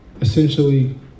essentially